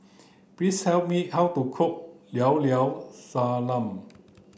please tell me how to cook Llao Llao Sanum